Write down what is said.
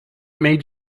made